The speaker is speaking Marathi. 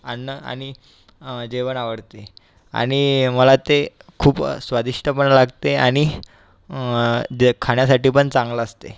अन्न आणि जेवण आवडतं आणि मला ते खूप स्वादिष्ट पण वाटते आणि जे खाण्यासाठी पण चांगलं असते